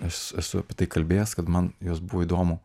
aš esu kalbėjęs kad man jos buvo įdomu